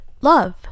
love